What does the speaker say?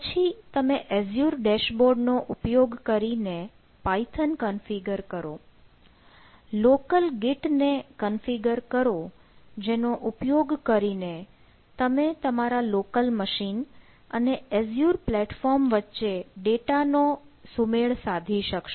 પછી તમે Azure dashboard નો ઉપયોગ કરીને python કન્ફિગર કરો local Git ને કન્ફિગર કરો જેનો ઉપયોગ કરીને તમે તમારા local machine અને એઝ્યુર પ્લેટફોર્મ વચ્ચે ડેટા નો સુમેળ સાધી શકશો